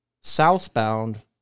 southbound